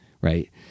Right